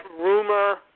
rumor